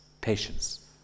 patience